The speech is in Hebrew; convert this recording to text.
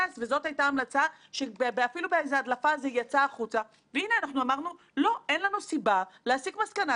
עניין ההפרדה של הפיקוח מבנק ישראל הוויכוח הזה